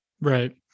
Right